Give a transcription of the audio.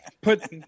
put